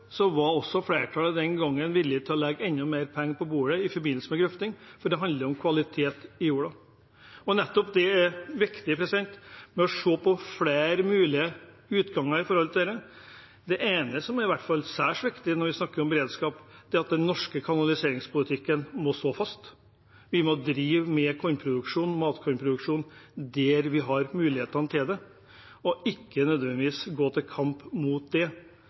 var også flertallet den gangen villig til å legge enda mer penger på bordet i forbindelse med grøfting, for det handler om kvalitet på jorda. Det er viktig å se på flere mulige utganger når det gjelder dette. Det ene som i hvert fall er særs viktig når vi snakker om beredskap, er at den norske kanaliseringspolitikken må stå fast. Vi må drive med kornproduksjon, matkornproduksjon, der vi har mulighetene til det, og ikke gå til kamp mot det.